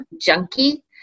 junkie